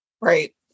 Right